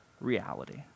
reality